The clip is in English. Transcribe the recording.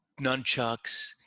nunchucks